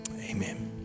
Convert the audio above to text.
Amen